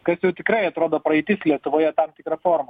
kad jau tikrai atrodo praeitis lietuvoje tam tikra forma